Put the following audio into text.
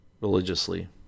religiously